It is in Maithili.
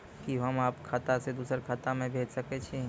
कि होम आप खाता सं दूसर खाता मे भेज सकै छी?